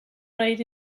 raised